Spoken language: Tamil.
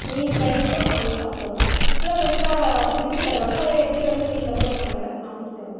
மீன் ஃப்ரை மட்டும் வாங்கி சாப்பிடுவோம் இல்லை ஃப்ரெஷ்ஷாக பிடிச்சி தருவாங்க அதை எடுத்துகிட்டு வந்து வீட்டில் கூட நாங்கள் சமைக்குவோம்